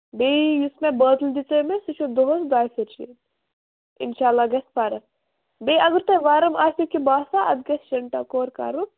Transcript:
بیٚیہِ یُس مےٚ بٲتَل دِژٲیمےَ سُہ چھُ دۄہَس دویہِ پھِرِۍ چٮ۪نۍ اِنشاللہ گژھِ فرق بیٚیہِ اَگر تۄہہِ وَرُم آسٮ۪و کیٚنٛہہ باسان اَتھ گژھِ شیٖنہٕ ٹَکورٕ کَرُن